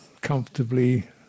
comfortably